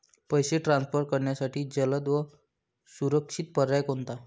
पैसे ट्रान्सफर करण्यासाठी जलद व सुरक्षित पर्याय कोणता?